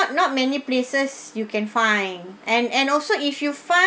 not many places you can find and and also if you find